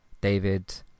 David